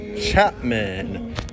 Chapman